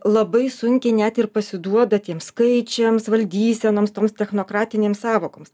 labai sunkiai net ir pasiduoda tiem skaičiams valdysenoms toms technokratinėms sąvokoms